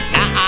Now